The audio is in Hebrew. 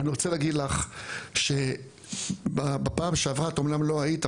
ואני רוצה להגיד לך שבפעם שעברה את אמנם לא היית,